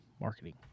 Marketing